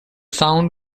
sound